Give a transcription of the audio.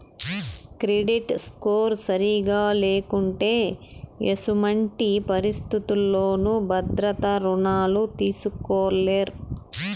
credit score సరిగా లేకుంటే ఎసుమంటి పరిస్థితుల్లోనూ భద్రత రుణాలు తీస్కోలేరు